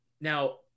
Now